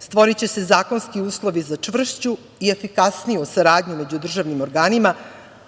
stvoriće se zakonski uslovi za čvršću i efikasniju saradnju među državnim organima,